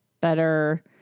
better